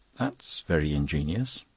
that's very ingenious.